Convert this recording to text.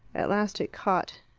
at last it caught.